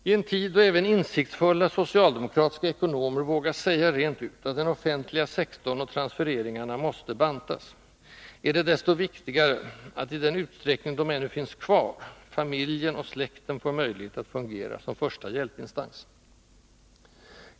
I en tid då även insiktsfulla socialdemokratiska ekonomer vågar säga rent ut att den offentliga sektorn och transfereringarna måste bantas, är det desto viktigare att — i den utsträckning de ännu finns kvar — familjen och släkten får möjlighet att fungera som första hjälpinstans.